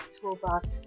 Toolbox